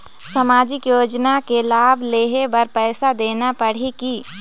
सामाजिक योजना के लाभ लेहे बर पैसा देना पड़ही की?